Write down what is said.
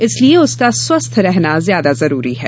इसलिये उसका स्वस्थ रहना ज्यादा जरूरी है